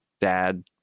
dad